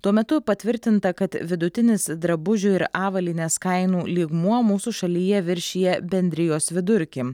tuo metu patvirtinta kad vidutinis drabužių ir avalynės kainų lygmuo mūsų šalyje viršija bendrijos vidurkį